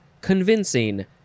convincing